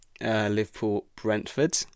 Liverpool-Brentford